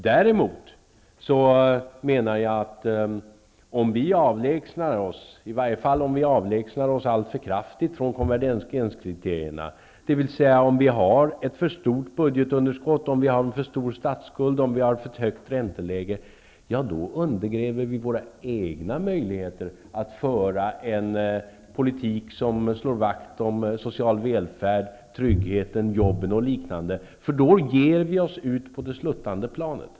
Däremot menar jag att om vi avlägnsar oss alltför kraftigt från konvergenskriterierna, dvs. om vi har ett för stort budgetunderskott, en för stor statsskuld, ett för högt ränteläge, undergräver vi våra egna möjligheter att föra en politik som slår vakt om den sociala välfärden, tryggheten, jobben och liknande. Då ger vi oss ut på det sluttande planet.